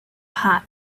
hot